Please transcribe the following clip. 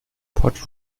port